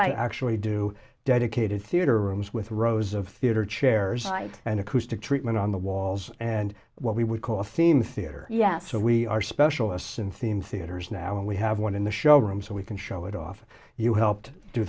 right i actually do dedicated theater rooms with rows of theater chairs eyes and acoustic treatment on the walls and what we would call a theme theater yet so we are specialists in theme theaters now and we have one in the show room so we can show it off you helped